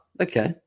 okay